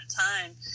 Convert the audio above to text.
time